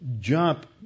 jump